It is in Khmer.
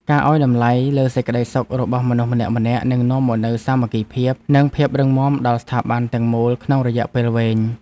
ការឱ្យតម្លៃលើសេចក្តីសុខរបស់មនុស្សម្នាក់ៗនឹងនាំមកនូវសាមគ្គីភាព និងភាពរឹងមាំដល់ស្ថាប័នទាំងមូលក្នុងរយៈពេលវែង។